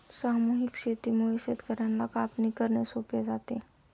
सामूहिक शेतीमुळे शेतकर्यांना कापणी करणे सोपे जाते